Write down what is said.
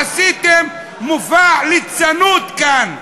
עשיתם מופע ליצנות, כאן,